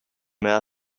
meer